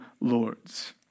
Lords